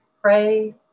pray